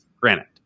granite